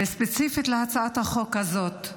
וספציפית להצעת החוק הזאת,